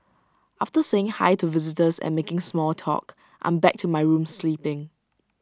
after saying hi to visitors and making small talk I'm back to my room sleeping